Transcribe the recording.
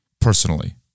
personally